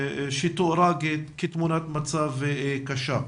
שתוארה כתמונת מצב קשה.